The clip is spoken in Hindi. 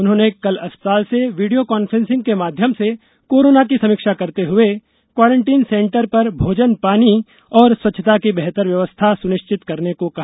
उन्होंने कल अस्पताल से वीड़ियों कॉन्फ्रेंसिंग के माध्यम से कोरोना की समीक्षा करते हुए क्वारंटीन सेंटर पर भोजन पानी और स्वच्छता की बेहतर व्यवस्था सुनिश्चित करने को कहा